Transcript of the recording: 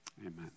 Amen